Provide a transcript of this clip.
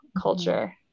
culture